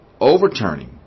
Overturning